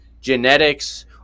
genetics